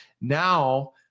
now